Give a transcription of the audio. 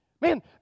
Man